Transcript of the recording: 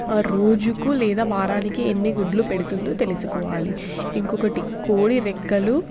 రోజుకు లేదా వారానికి ఎన్ని గుడ్లు పెడుతుందో తెలుసుకోవాలి ఇంకొకటి కోడి రెక్కలు